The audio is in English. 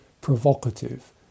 provocative